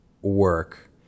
work